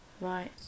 Right